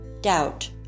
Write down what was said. doubt